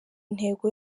intego